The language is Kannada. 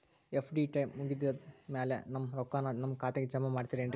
ಎಫ್.ಡಿ ಟೈಮ್ ಮುಗಿದಾದ್ ಮ್ಯಾಲೆ ನಮ್ ರೊಕ್ಕಾನ ನಮ್ ಖಾತೆಗೆ ಜಮಾ ಮಾಡ್ತೇರೆನ್ರಿ?